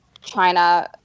China